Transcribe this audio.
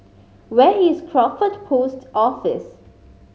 where is Crawford Post Office